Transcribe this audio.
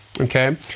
Okay